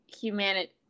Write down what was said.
humanity